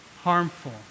harmful